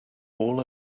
all